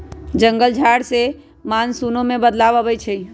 जंगल झार से मानसूनो में बदलाव आबई छई